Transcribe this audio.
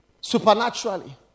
supernaturally